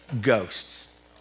ghosts